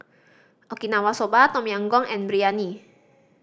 Okinawa Soba Tom Yam Goong and Biryani